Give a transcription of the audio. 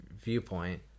viewpoint